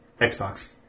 Xbox